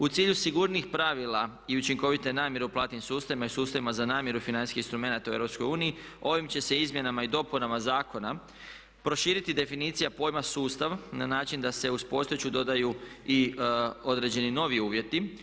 U cilju sigurnijih pravila i učinkovite namire u platnim sustavima i sustavima za namire financijskih instrumenata u EU ovim će se izmjenama i dopunama zakona proširiti definicija pojma sustav na način da se uz postojeću dodaju i određeni novi uvjeti.